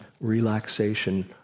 relaxation